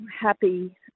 happy